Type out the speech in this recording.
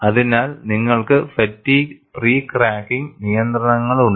അതിനാൽ നിങ്ങൾക്ക് fatigue pre cracking നിയന്ത്രണങ്ങളുണ്ട്